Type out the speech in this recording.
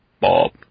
Bob